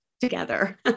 together